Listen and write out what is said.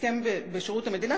הסכם בשירות המדינה,